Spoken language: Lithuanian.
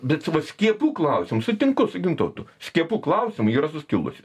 bet su skiepų klausimu sutinku su gintautu skiepų klausimu yra suskilusi